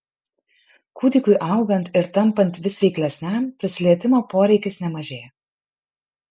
kūdikiui augant ir tampant vis veiklesniam prisilietimo poreikis nemažėja